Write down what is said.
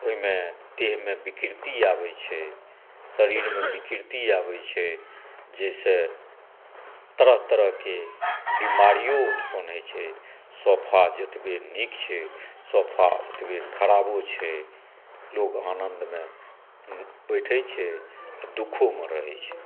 ओहिमे देहमे विकृति आबै छै शरीरमे विकृति आबै छै जाहिसँ तरह तरहके बीमारीयो उत्पन्न होइ छै सोफा जतबे नीक छै सोफा ओतबे खराबो छै लोग आनन्दमे बैठै छै तऽ दुखोमे रहै छै